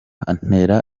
antera